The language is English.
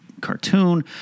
cartoon